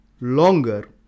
longer